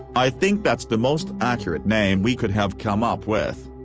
i think that's the most accurate name we could have come up with.